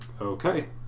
Okay